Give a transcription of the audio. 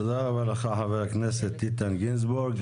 תודה רבה לך, חבר הכנסת איתן גינזבורג.